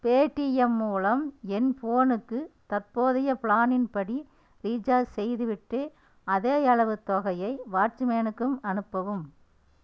Paytm மூலம் என் ஃபோனுக்கு தற்போதைய ப்ளானின் படி ரீசார்ஜ் செய்துவிட்டு அதே அளவு தொகையை வாட்ச்மேனுக்கும் அனுப்பவும்